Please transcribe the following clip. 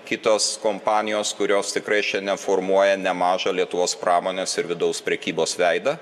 kitos kompanijos kurios tikrai šiandien formuoja nemažą lietuvos pramonės ir vidaus prekybos veidą